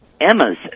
Emma's